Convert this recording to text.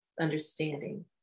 understanding